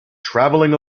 traveling